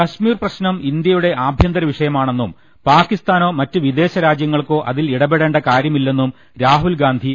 കൾമീർ പ്രശ്നം ഇന്ത്യയുടെ ആഭ്യന്തര വിഷയമാ ണെന്നും പാക്കിസ്ഥാനോ മറ്റ് വിദേശ രാജ്യങ്ങൾക്കോ അതിൽ ഇടപെടേണ്ട കാര്യമില്ലെന്നും രാഹുൽ ഗാന്ധി എം